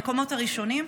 במקומות הראשונים.